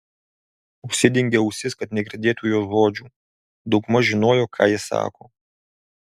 užsidengė ausis kad negirdėtų jos žodžių daugmaž žinojo ką ji sako